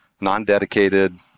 non-dedicated